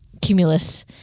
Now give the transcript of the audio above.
Cumulus